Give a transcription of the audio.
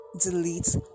delete